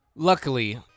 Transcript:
Luckily